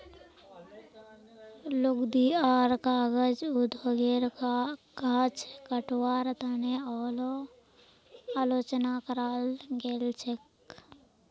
लुगदी आर कागज उद्योगेर गाछ कटवार तने आलोचना कराल गेल छेक